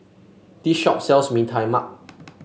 this shop sells Mee Tai Mak